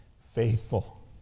faithful